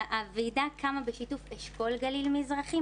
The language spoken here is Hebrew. הועידה קמה בשיתוף אשכול גליל מזרחי,